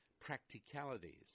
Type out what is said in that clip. practicalities